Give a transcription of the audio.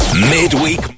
Midweek